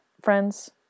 friends